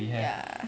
ya